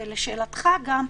וגם לשאלתך,